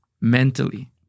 Mentally